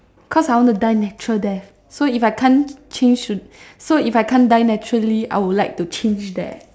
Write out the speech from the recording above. cause I want to die natural death so if I can't change to so if I can't die naturally I'll would like to change that